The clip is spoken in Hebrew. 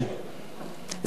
זה הדובר האחרון.